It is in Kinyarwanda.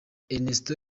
ernesto